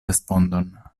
respondon